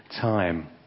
time